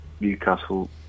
Newcastle